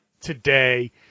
today